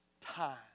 time